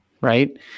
right